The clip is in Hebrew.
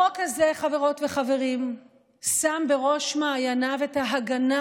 החוק הזה, חברות וחברים, שם בראש מעייניו את ההגנה